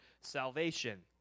salvation